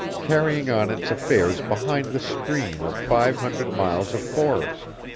carrying on its affairs behind the screen of five hundred miles of forest.